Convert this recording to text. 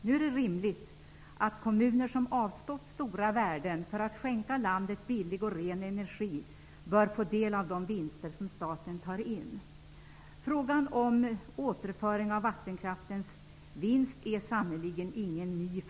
Det är rimligt att kommuner som avstått stora värden för att skänka landet billig och ren energi bör få del av de vinster som staten tar in. Frågan om återföring av vattenkraftens vinst är sannerligen inte ny.